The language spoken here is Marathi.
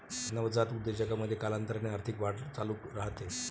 नवजात उद्योजकतेमध्ये, कालांतराने आर्थिक वाढ चालू राहते